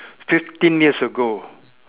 fifteen years ago